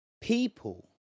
people